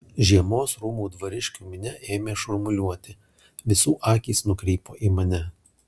žiemos rūmų dvariškių minia ėmė šurmuliuoti visų akys nukrypo į mane